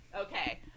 Okay